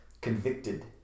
convicted